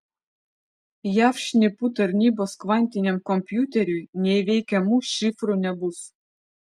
jav šnipų tarnybos kvantiniam kompiuteriui neįveikiamų šifrų nebus